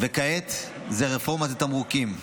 כעת זו רפורמת התמרוקים,